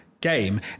game